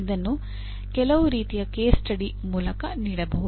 ಇದನ್ನು ಕೆಲವು ರೀತಿಯ ಕೇಸ್ ಸ್ಟಡಿ ಮೂಲಕ ನೀಡಬಹುದು